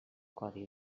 codi